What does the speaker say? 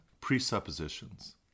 presuppositions